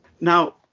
Now